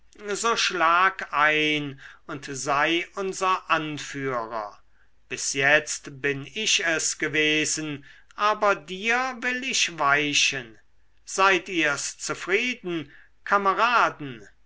so schlag ein und sei unser anführer bis jetzt bin ich es gewesen aber dir will ich weichen seid ihrs zufrieden kameraden